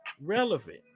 relevant